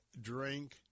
drink